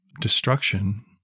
destruction